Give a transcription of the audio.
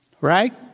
Right